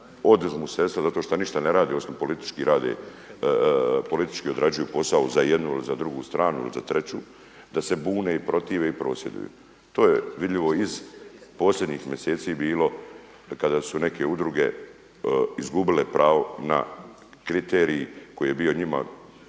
oduzmu sredstva zato šta ništa ne rade osim politički odrađuju posao za jednu ili za drugu stranu ili za treću, da se bune, protive i prosvjeduju. To je vidljivo iz posljednjih mjeseci bilo kada su neke udruge izgubile pravo na kriterij koji je bio njima